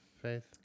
faith